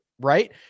right